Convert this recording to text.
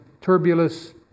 turbulent